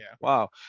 Wow